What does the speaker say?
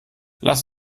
lass